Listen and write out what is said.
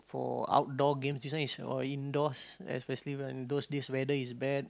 for outdoor games this one is all indoors especially when those this weather is bad